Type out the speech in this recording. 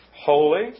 holy